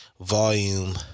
volume